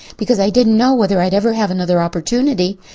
because i didn't know whether i'd ever have another opportunity.